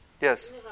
Yes